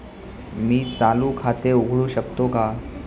मी चालू खाते उघडू शकतो का?